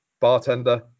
bartender